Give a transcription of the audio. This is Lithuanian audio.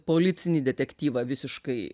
policinį detektyvą visiškai